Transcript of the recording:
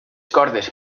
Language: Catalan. cordes